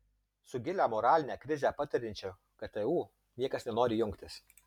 su gilią moralinę krizę patiriančiu ktu niekas nenori jungtis